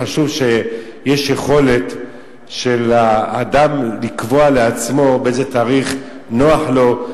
חשוב שיש יכולת לאדם לקבוע לעצמו באיזה תאריך נוח לו,